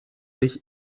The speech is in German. sich